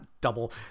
double